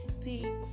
See